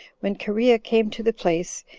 when cherea came to the place,